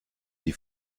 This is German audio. die